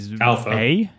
Alpha